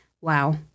Wow